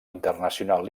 internacional